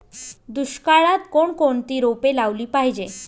दुष्काळात कोणकोणती रोपे लावली पाहिजे?